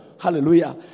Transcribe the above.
Hallelujah